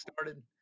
started